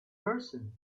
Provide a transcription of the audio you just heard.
person